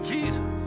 Jesus